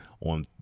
On